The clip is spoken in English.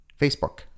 facebook